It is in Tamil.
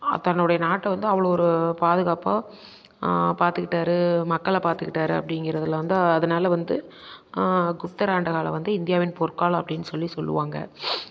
தன்னுடைய நாட்டை வந்து அவ்வளோ ஒரு பாதுகாப்பாக பார்த்துக்கிட்டாரு மக்களை பார்த்துக்கிட்டாரு அப்படிங்கிறதுல வந்து அதனால் வந்து குப்தர் ஆண்ட காலம் வந்து இந்தியாவின் பொற்காலம் அப்படின்னு சொல்லி சொல்லுவாங்க